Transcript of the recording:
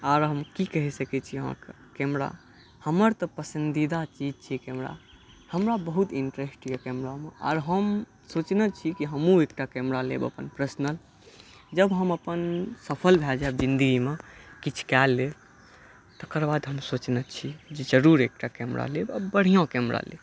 आर हम की कहि सकै छी आहाँके कैमरा हमर तऽ पसन्दीदा चीज छी कैमरा हमरा बहुत इंटरेस्ट यऽ कैमरामे आर हम सोचने छी कि हमहुॅं एकटा कैमरा लेब अपन परसनल जब हम अपन सफल भए जायब जिंदगीमे किछु कए लेब तकर बाद हम सोचने छी जे जरुर एकटा कैमरा लेब आ बढ़िऑं कैमरा लेब